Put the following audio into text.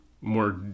more